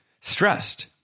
stressed